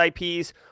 ips